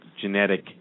genetic